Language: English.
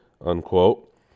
unquote